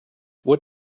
what